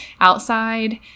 outside